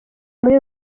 muri